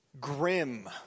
grim